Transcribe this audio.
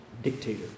dictator